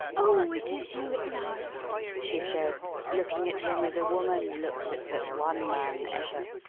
oh, it is you at last, she said, looking at him as a woman looks at but one man ever.